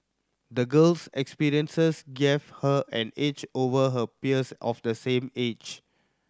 the girl's experiences gave her an edge over her peers of the same age